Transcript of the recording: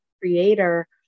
creator